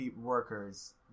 workers